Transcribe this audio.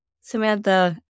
Samantha